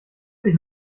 sich